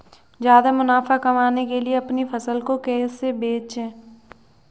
ज्यादा मुनाफा कमाने के लिए अपनी फसल को कैसे बेचें?